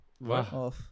Wow